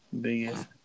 Biggest